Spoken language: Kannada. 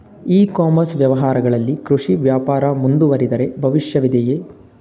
ಇ ಕಾಮರ್ಸ್ ವ್ಯವಹಾರಗಳಲ್ಲಿ ಕೃಷಿ ವ್ಯಾಪಾರ ಮುಂದುವರಿದರೆ ಭವಿಷ್ಯವಿದೆಯೇ?